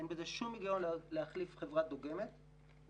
אין בזה שום הגיוני להחליף חברה דוגמת באמצע.